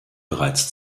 bereits